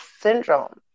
syndrome